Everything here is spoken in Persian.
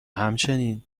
همچنین